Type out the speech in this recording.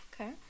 okay